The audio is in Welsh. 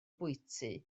bwyty